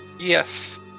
Yes